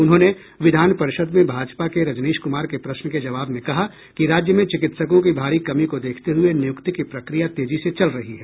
उन्होंने विधान परिषद में भाजपा के रजनीश कुमार के प्रश्न के जवाब में कहा कि राज्य में चिकित्सकों की भारी कमी को देखते हुए नियुक्ति की प्रक्रिया तेजी से चल रही है